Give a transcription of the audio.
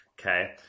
Okay